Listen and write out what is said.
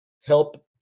help